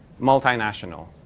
multinational